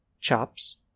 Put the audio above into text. chops